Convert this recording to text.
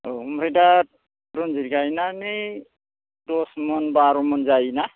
औ ओमफ्राय दा रनजित गायनानै दस मन बार' मन जायोना